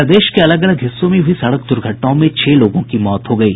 प्रदेश के अलग अलग हिस्सों में हुई सड़क दुर्घटनाओं में छह लोगों की मौत हो गयी